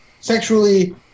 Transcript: Sexually